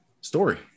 story